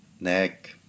neck